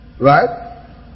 Right